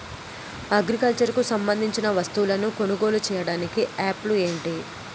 Agriculture కు సంబందించిన వస్తువులను కొనుగోలు చేయటానికి యాప్లు ఏంటి?